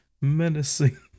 menacing